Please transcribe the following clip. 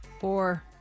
Four